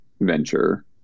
venture